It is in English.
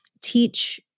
teach